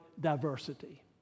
Diversity